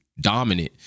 dominant